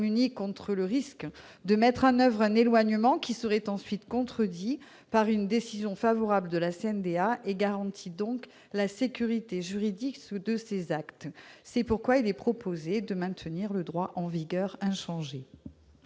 prémunit contre le risque de mettre en oeuvre un éloignement qui serait ensuite contredit par une décision favorable de la CNDA, et garantit donc la sécurité juridique de ses actes. C'est pourquoi nous proposons de maintenir le droit en vigueur.